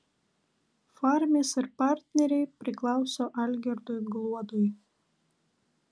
farmis ir partneriai priklauso algirdui gluodui